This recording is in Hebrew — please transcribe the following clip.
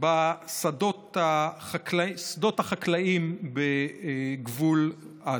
בשדות החקלאים בגבול עזה.